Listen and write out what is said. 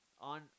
on